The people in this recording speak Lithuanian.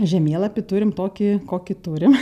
žemėlapį turim tokį kokį turim